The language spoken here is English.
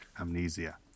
Amnesia